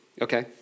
okay